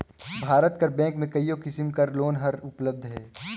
भारत कर बेंक में कइयो किसिम कर लोन हर उपलब्ध अहे